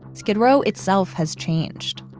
skid row itself has changed,